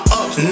up